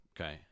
Okay